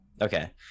Okay